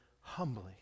humbly